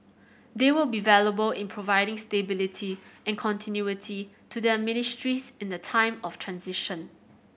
they will be valuable in providing stability and continuity to their ministries in the time of transition